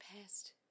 past